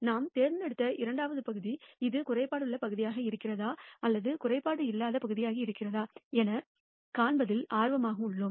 நாம் தேர்ந்தெடுத்த இரண்டாவது பகுதி இது ஒரு குறைபாடுள்ள பகுதியாக இருக்கிறதா அல்லது குறைபாடு இல்லாத பகுதியாக இருக்கிறதா என காண்பதில் ஆர்வமாக உள்ளோம்